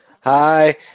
Hi